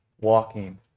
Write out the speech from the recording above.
walking